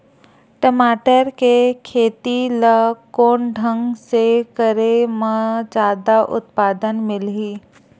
टमाटर के खेती ला कोन ढंग से करे म जादा उत्पादन मिलही?